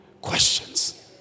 questions